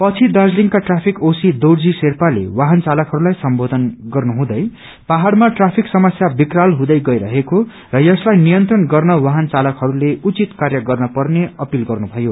पछि दार्जीलिङका traffic OC Dorji शेर्पालो वाहन चालकहस्ताई सम्बोधन गर्नुहुँदै पढाइमा ट्राफिक समस्या विकराल हुँद गइरहेको र यसलाई नियन्त्रण गर्न वाहन चालकहरूले उचित कार्य गर्न पर्ने अपील गर्नुथयो